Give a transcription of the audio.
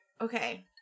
Okay